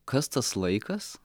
kas tas laikas